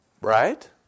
right